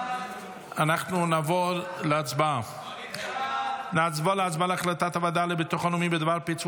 אנחנו נעבור להצבעה על החלטת הוועדה לביטחון לאומי בדבר פיצול